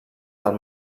del